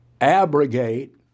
abrogate